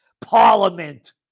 parliament